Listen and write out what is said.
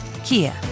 Kia